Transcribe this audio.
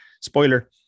Spoiler